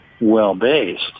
well-based